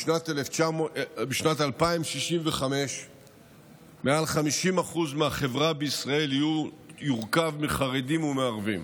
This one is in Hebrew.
בשנת 2065 יותר מ-50% מהחברה בישראל יורכבו מחרדים ומערבים.